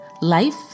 life